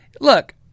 Look